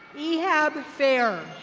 ehab fair.